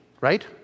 right